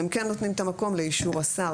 והם כן נותנים את המקום לאישור השר.